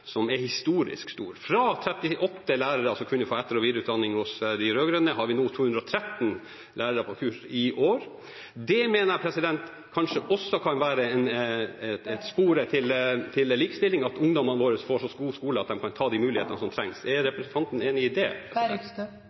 som er historisk stor. Mens det var 38 lærere som kunne få etter- og videreutdanning under de rød-grønne, har vi 213 lærere på kurs i år. Det mener jeg kanskje også kan være en spore til likestilling – at ungdommene våre får en så god skole at de kan få de mulighetene som trengs. Er representanten enig i det?